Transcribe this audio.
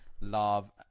love